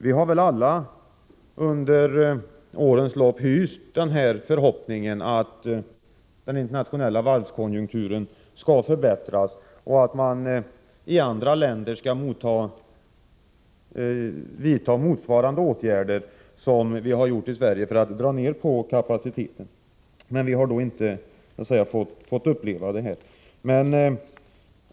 Vi har väl alla under årens lopp hyst förhoppningen att den internationella varvskonjunkturen skall förbättras och att man i andra länder skall vidta motsvarande åtgärder som vi i Sverige har gjort för att dra ner kapaciteten, men det har vi inte fått uppleva.